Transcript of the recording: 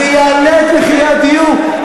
זה יעלה את מחירי הדיור.